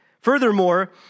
Furthermore